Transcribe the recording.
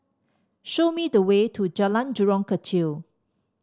show me the way to Jalan Jurong Kechil